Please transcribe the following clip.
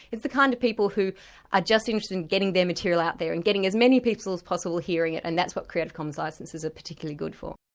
it's the kind of people who are just interested in getting their material out there, and getting as many people as possible hearing it, and that's what creative commons licences are particular good for.